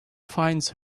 finds